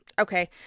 Okay